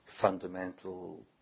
fundamental